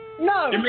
no